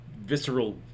visceral